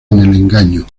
engaño